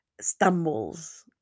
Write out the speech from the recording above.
stumbles